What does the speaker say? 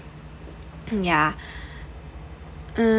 yeah um